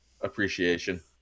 appreciation